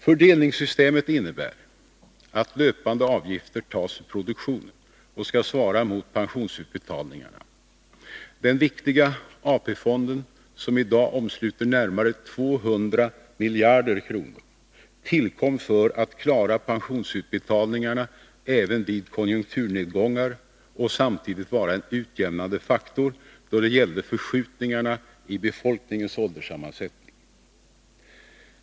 Fördelningssystemet innebär att löpande avgifter tas ur produktionen och skall svara mot pensionsutbetalningarna. Den viktiga AP-fonden, som i dag omsluter närmare 200 miljarder kronor, tillkom för att klara pensionsutbetalningarna även vid konjunkturnedgångar och samtidigt vara en utjämnande faktor då det gällde förskjutningarna i befolkningens ålderssammansättning.